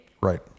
Right